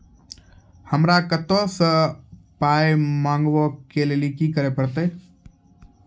हमरा कतौ सअ पाय मंगावै कऽ लेल की करे पड़त?